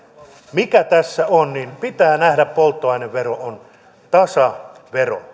mikä tässä pitää nähdä on se että polttoainevero on tasavero